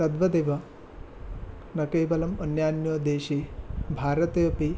तद्वदेव न केवलम् अन्यान्यदेशे भारतेऽपि